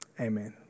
amen